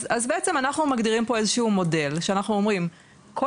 אז בעצם אנחנו מגדירים פה איזשהו מודל שאנחנו אומרים כל